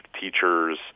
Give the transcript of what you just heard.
teachers